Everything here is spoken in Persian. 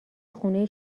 خونه